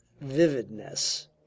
vividness